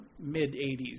mid-'80s